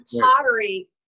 pottery